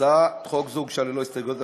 הצעת חוק זו מוגשת ללא הסתייגויות,